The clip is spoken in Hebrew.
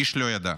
איש לא ידע.